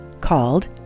called